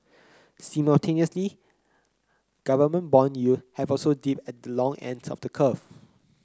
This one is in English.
simultaneously government bond yield have also dipped at the long ends of the curve